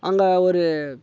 அங்கே ஒரு